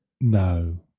No